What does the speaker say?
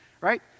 right